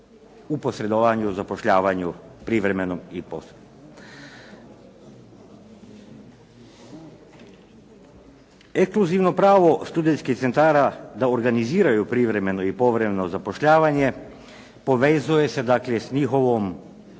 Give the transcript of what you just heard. u posredovanju u zapošljavanju privremenom i … /Govornik se ne razumije./ … Ekskluzivno pravo studentskih centara da organiziraju privremeno i povremeno zapošljavanje povezuje se dakle s njihovom